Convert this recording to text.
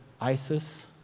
ISIS